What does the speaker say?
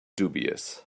dubious